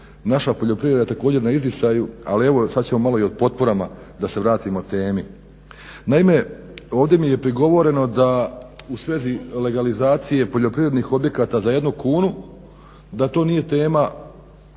naša poljoprivreda je također na izdisaju ali evo sada ćemo malo i o potporama da se vratimo temi. Naime, ovdje mi je prigovoreno u svezi legalizacije poljoprivrednih objekata za 1 kunu da to nije tema